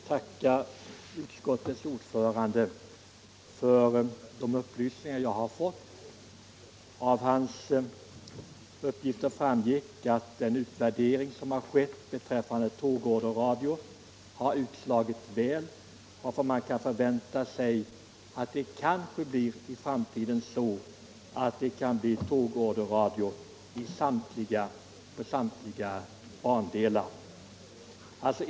Herr talman! Jag vill tacka utskottets ordförande för de upplysningar jag har fått. Av hans uppgifter framgick att den utvärdering som har skett beträffande tågorderradio har slagit väl ut, varför man kan förvänta att det kanske i framtiden kan bli tågorderradio på samtliga bandelar.